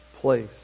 place